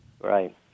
Right